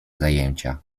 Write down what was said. zajęcia